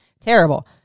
Terrible